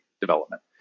development